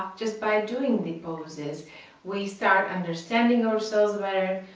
um just by doing the poses we start understanding ourselves better.